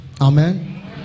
Amen